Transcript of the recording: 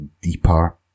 deeper